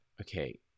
okay